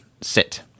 sit